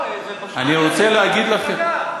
אני רוצה להגיד לכם,